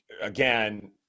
Again